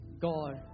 God